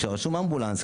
כשרשום אמבולנס,